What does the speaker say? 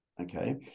Okay